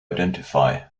identify